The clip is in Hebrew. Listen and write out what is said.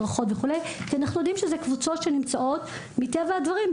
הדרכות וכו' כי אנחנו יודעים שזה קבוצות שנמצאות מטבע הדברים,